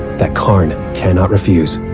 that kharn cannot refuse.